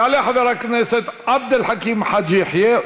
יעלה חבר הכנסת עבד אל חכים חאג' יחיא.